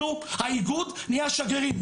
אנחנו האיגוד נהיה השגרירים.